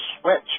switch